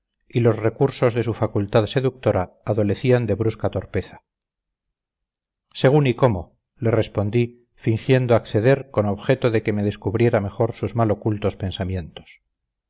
y los recursos de su facultad seductora adolecían de brusca torpeza según y cómo le respondí fingiendo acceder con objeto de que me descubriera mejor sus mal ocultos pensamientos